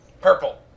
Purple